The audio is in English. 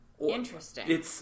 Interesting